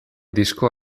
disko